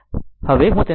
હવે હું તેને સમજાવું